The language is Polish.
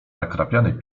nakrapiany